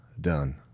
done